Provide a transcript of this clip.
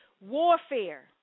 Warfare